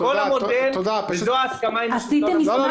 כל המודל, וזו ההסכמה -- עשיתם --- יש מסמך